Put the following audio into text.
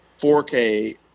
4k